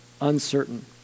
uncertain